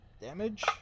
Damage